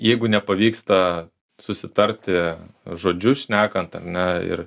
jeigu nepavyksta susitarti žodžiu šnekant ar ne ir